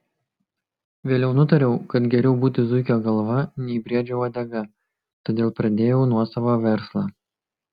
vėliau nutariau kad geriau būti zuikio galva nei briedžio uodega todėl pradėjau nuosavą verslą